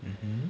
mmhmm